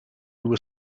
were